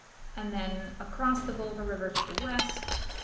and then across the volga river to the west,